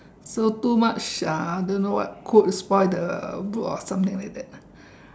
so do much uh do what could for the bull or something is it